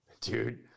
Dude